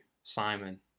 Simon